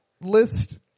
list